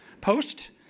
Post